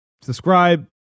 subscribe